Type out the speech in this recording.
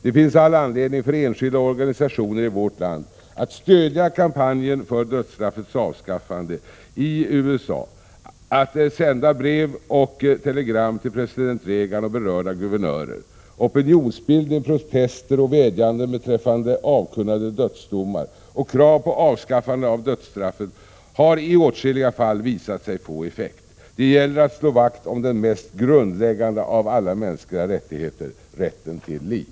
Det finns all anledning för enskilda och organisationer i vårt land att stödja kampanjen för dödsstraffets avskaffande i USA, att sända brev och telegram till president Reagan och berörda guvernörer. Opinionsbildning, protester och vädjanden beträffande avkunnade dödsdomar och krav på avskaffande av dödsstraffet har i många fall visat sig få effekt. Det gäller att slå vakt om den mest grundläggande av alla mänskliga rättigheter: rätten till liv.